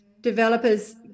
developers